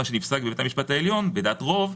שנפסק בבית המשפט העליון בדעת רוב,